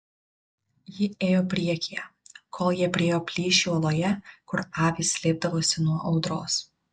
ji ėjo priekyje kol jie priėjo plyšį uoloje kur avys slėpdavosi nuo audros